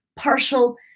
partial